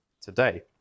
today